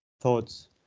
thoughts